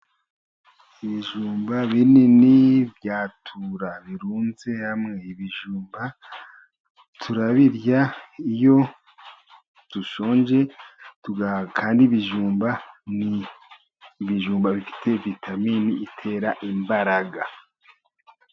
Ibijumba bininibya tura birunze hamwe, ibijumba turabirya iyo dushonje, kandi ibijumba ni ibijumba bifite vitaminini itera imbaraga.